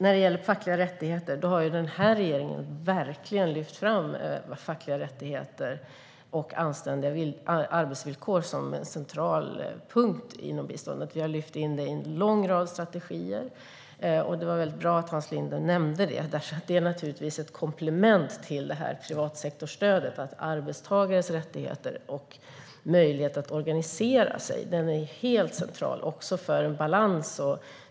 Regeringen har verkligen lyft upp fackliga rättigheter och anständiga arbetsvillkor som en central punkt inom biståndet. Vi har lyft in det i en lång rad strategier. Det var bra att Hans Linde nämnde detta. Det är givetvis ett komplement till privatsektorstödet. Arbetstagares rättigheter och möjlighet att organisera sig är helt centrala också för en balans.